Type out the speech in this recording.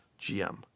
GM